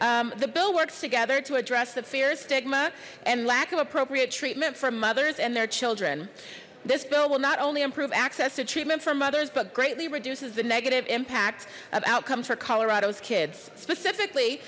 the bill works together to address the fear stigma and lack of appropriate treatment for mothers and their children this bill will not only improve access to treatment for mothers but greatly reduces the negative impact of outcomes for colorado's kids specifically